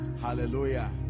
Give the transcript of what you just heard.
Hallelujah